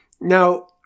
Now